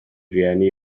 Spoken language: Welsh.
rieni